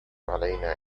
علينا